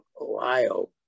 Ohio